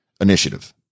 initiative